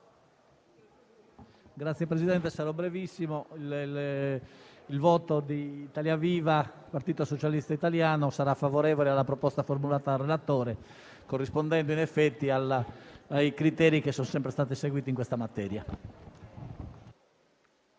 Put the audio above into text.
Signor Presidente, sarò brevissimo. Il voto del Gruppo Italia Viva-P.S.I. sarà favorevole alla proposta formulata dal relatore, corrispondendo in effetti ai criteri che sono sempre stati seguiti in questa materia.